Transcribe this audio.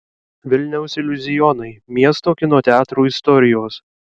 vilniaus iliuzionai miesto kino teatrų istorijos